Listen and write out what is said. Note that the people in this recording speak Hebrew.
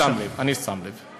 אני שם לב, אני שם לב.